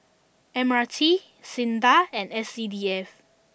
M R T Sinda and S C D F